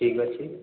ଠିକ୍ ଅଛି